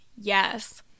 yes